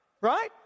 Right